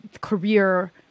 career